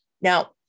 Now